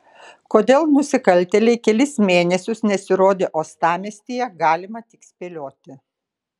kodėl nusikaltėliai kelis mėnesius nesirodė uostamiestyje galima tik spėlioti